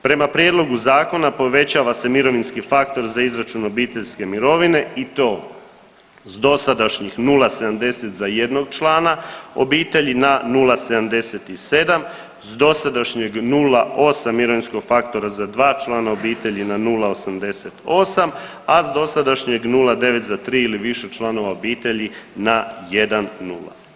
Prema prijedlogu zakona povećava se mirovinski faktor za izračun obiteljske mirovine i to s dosadašnjih 0,70 za jednog člana obitelji na 0,77, s dosadašnjeg 0,8 mirovinskog faktora za dva člana obitelji na 0,88, a s dosadašnjeg 0,9 za tri ili više članova obitelji na 1,0.